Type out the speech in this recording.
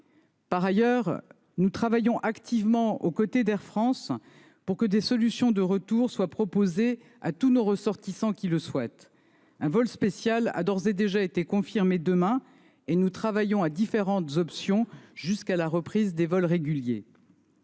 Par ailleurs, nous travaillons activement aux côtés d’Air France pour proposer des solutions de retour à tous nos ressortissants qui le souhaitent. Un vol spécial a d’ores et déjà été confirmé pour demain, et nous travaillons à différentes options, jusqu’à la reprise des vols réguliers.